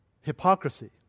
hypocrisy